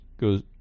goes